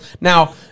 Now